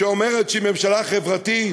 שאומרת שהיא ממשלה חברתית,